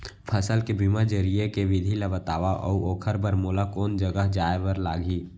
फसल के बीमा जरिए के विधि ला बतावव अऊ ओखर बर मोला कोन जगह जाए बर लागही?